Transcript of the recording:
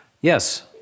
Yes